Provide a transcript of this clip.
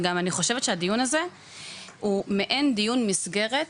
וגם אני חושבת שהדיון הזה הוא מעין דיון מסגרת,